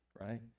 right